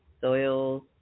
soils